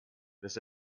bis